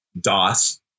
DOS